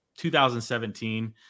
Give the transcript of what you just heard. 2017